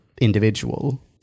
individual